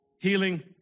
healing